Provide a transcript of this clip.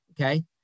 okay